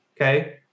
okay